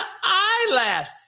eyelash